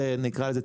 נקרא לזה,